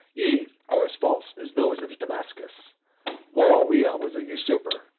ye are as false as those of damascus moawiyah was a usurper,